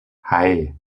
hei